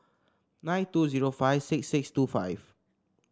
nine two zero five six six two five